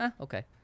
Okay